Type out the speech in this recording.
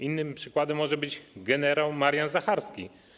Innym przykładem może być gen. Marian Zacharski.